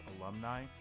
alumni